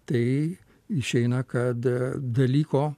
tai išeina kad dalyko